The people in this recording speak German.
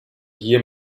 hier